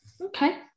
okay